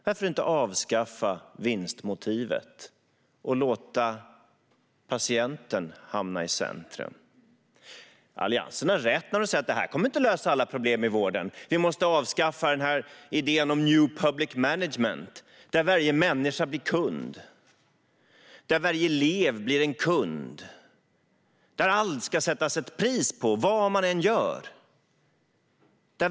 Varför inte avskaffa vinstmotivet och låta patienten hamna i centrum? Alliansen har rätt när de säger att detta inte kommer att lösa alla problem i vården. Vi måste avskaffa idén om new public management, där varje människa och varje elev blir en kund och det ska sättas ett pris på allt, vad man än gör.